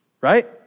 Right